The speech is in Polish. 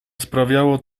sprawiało